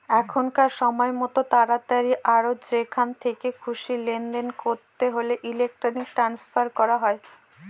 এখনকার সময়তো তাড়াতাড়ি আর যেখান থেকে খুশি লেনদেন করতে হলে ইলেক্ট্রনিক ট্রান্সফার করা হয়